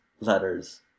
letters